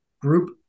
group